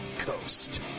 Coast